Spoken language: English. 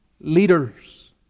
leaders